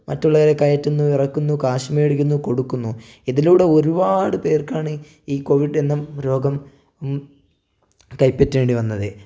മറ്റുള്ളവരെ കയറ്റുന്നു ഇറക്കുന്നു കാശ് മേടിക്കുന്നു കൊടുക്കുന്നു ഇതിലൂടെ ഒരുപാട് പേർക്കാണ് ഈ കോവിഡ് എന്ന രോഗം കൈപ്പറ്റേണ്ടി വന്നത്